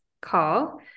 call